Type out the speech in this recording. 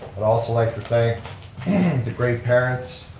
but also like to thank and the great parents,